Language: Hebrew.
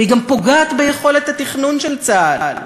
והיא גם פוגעת ביכולת התכנון של צה"ל,